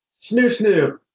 Snoo-snoo